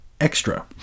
extra